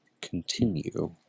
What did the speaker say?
continue